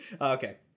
Okay